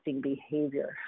behavior